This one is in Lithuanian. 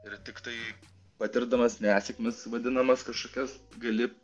ir tiktai patirdamas nesėkmes vadinamas kažkokias gali